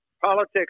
Politics